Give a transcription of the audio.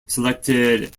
selected